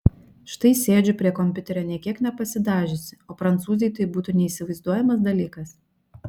štai sėdžiu prie kompiuterio nė kiek nepasidažiusi o prancūzei tai būtų neįsivaizduojamas dalykas